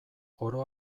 oro